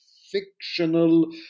fictional